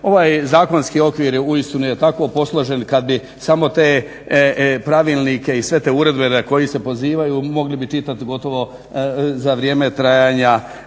Ovaj zakonski okvir uistinu je tako posložen, kad bi samo te pravilnike i sve te uredbe na koje se pozivaju, mogli bi čitat gotovo za vrijeme trajanja